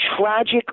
tragic